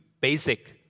basic